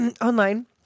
Online